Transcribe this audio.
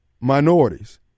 minorities